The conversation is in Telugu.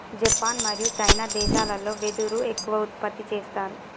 జపాన్ మరియు చైనా దేశాలల్లో వెదురు ఎక్కువ ఉత్పత్తి చేస్తారు